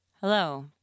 Hello